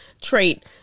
trait